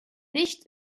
nicht